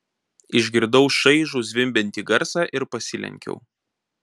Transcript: išgirdau šaižų zvimbiantį garsą ir pasilenkiau